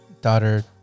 daughter